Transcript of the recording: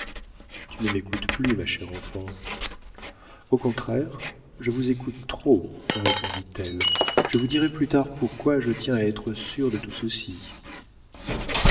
tu ne m'écoutes plus ma chère enfant au contraire je vous écoute trop répondit-elle je vous dirai plus tard pourquoi je tiens à être sûre de tout ceci